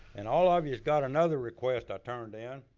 and all ah of you has got another request i turned in,